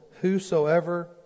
whosoever